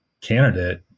candidate